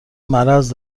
مرض